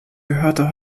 gehörte